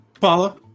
Paula